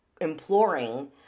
imploring